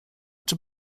czym